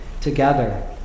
together